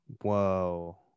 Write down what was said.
Whoa